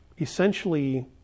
essentially